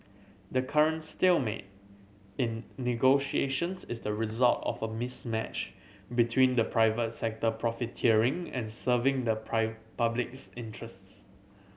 the current stalemate in negotiations is the result of a mismatch between the private sector profiteering and serving the public's interests